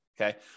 okay